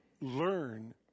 learn